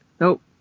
Nope